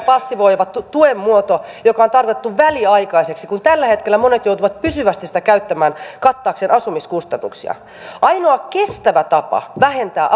passivoiva tuen muoto joka on tarkoitettu väliaikaiseksi mutta tällä hetkellä monet joutuvat pysyvästi sitä käyttämään kattaakseen asumiskustannuksia ainoa kestävä tapa vähentää